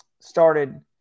started